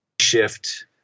shift